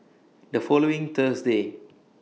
The following Thursday